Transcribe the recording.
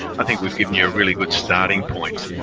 i think we've given you a really good starting point